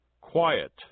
quiet